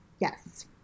yes